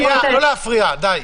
שנייה, לא להפריע, די.